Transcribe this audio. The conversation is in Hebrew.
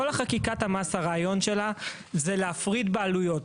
כל חקיקת המס, הרעיון שלה, זה להפריד בעלויות.